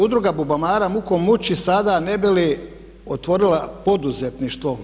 Udruga „Bubamara“ muku muči sada ne bi li otvorila poduzetništvo.